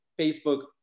facebook